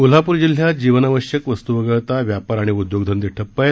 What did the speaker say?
कोल्हापूर जिल्ह्यात जीवनावश्यक वस्तू वगळता व्यापार आणि उद्योग धंदे ठप्प आहेत